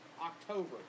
October